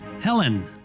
Helen